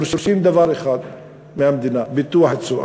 והם דורשים דבר אחד מהמדינה: ביטוח תשואה.